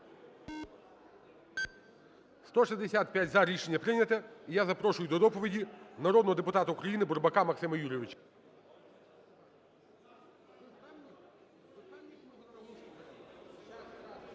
За-165 Рішення прийнято. І я запрошую до доповіді народного депутата України Бурбака Максима Юрійович.